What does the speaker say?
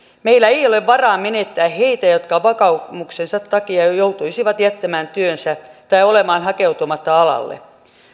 meillä ei ole varaa menettää heitä jotka vakaumuksensa takia joutuisivat jättämään työnsä tai olemaan hakeutumatta alalle